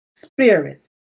spirits